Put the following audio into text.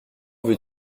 veux